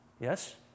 Yes